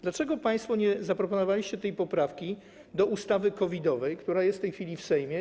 Dlaczego państwo nie zaproponowaliście tej poprawki do ustawy COVID-owej, która jest w tej chwili w Sejmie?